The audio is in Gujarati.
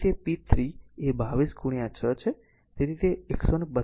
તેથી તે p 3 એ 22 6 છે